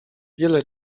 wiele